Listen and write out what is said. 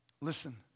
Listen